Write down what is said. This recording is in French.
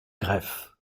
greff